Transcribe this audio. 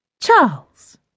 Charles